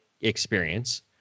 experience